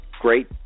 Great